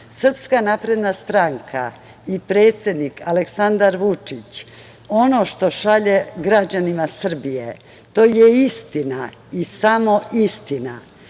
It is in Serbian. Srpska napredna stranka i predsednik Aleksandar Vučić, ono što šalju građanima Srbije je istina i samo istina.